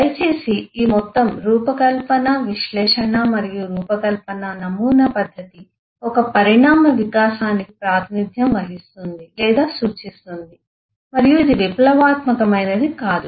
దయచేసి ఈ మొత్తం రూపకల్పన విశ్లేషణ మరియు రూపకల్పన నమూనా పద్దతి ఒక పరిణామ వికాసానికి ప్రాతినిధ్యం వహిస్తుంది లేదా సూచిస్తుంది మరియు విప్లవాత్మకమైనది కాదు